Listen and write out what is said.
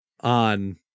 on